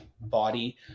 body